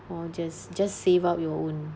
or just just save up your own